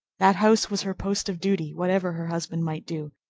that house was her post of duty, whatever her husband might do,